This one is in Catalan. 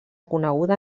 coneguda